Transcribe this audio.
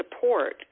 support